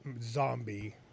zombie